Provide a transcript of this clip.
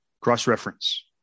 Cross-reference